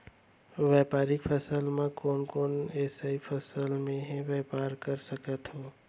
व्यापारिक फसल म कोन कोन एसई फसल से मैं व्यापार कर सकत हो?